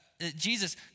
Jesus